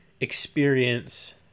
experience